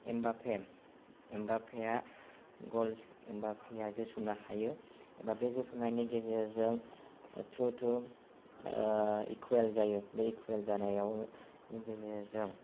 Mbappe एमबाप्पेआ goal सोसननो हायो एबा बे जोसननायनि गेजेरजों टु टु इकुवेल जायो बे इकुवेल जानायानि गेजेरजों